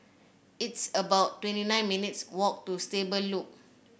it's about twenty nine minutes' walk to Stable Loop